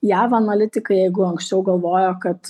jav analitikai jeigu anksčiau galvojo kad